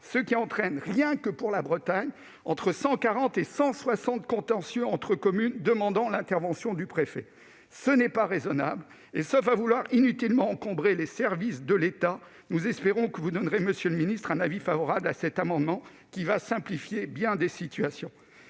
ce qui entraîne, rien que pour la Bretagne, entre 140 et 160 contentieux entre communes, nécessitant l'intervention du préfet. Ce n'est pas raisonnable et, sauf à vouloir encombrer inutilement les services de l'État, nous espérons que vous donnerez, monsieur le ministre, un avis favorable à cet amendement dont l'adoption simplifierait bien des situations.